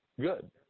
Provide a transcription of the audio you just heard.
Good